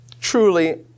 Truly